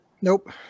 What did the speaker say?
Nope